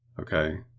okay